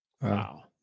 Wow